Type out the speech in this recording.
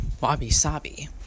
wabi-sabi